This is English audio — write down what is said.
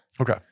Okay